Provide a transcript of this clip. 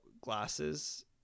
glasses